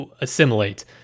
assimilate